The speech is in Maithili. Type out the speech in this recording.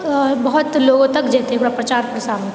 बहुत लोग तक जेतै ओकरा प्रचार प्रसार हेतै